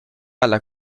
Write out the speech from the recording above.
alla